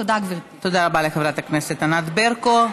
תודה, גברתי.